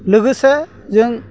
लोगोसे जों